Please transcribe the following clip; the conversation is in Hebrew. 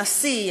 הנשיא,